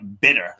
bitter